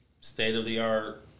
State-of-the-art